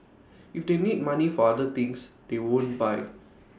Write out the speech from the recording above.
if they need money for other things they won't buy